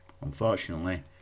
Unfortunately